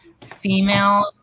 female